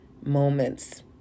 moments